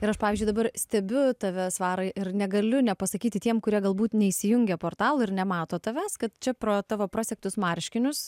ir aš pavyzdžiui dabar stebiu tave svarai ir negaliu nepasakyti tiem kurie galbūt neįsijungia portalų ir nemato tavęs kad čia pro tavo prasegtus marškinius